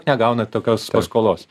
negauna tokios paskolos